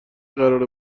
قرار